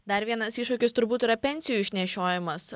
dar vienas iššūkis turbūt yra pensijų išnešiojimas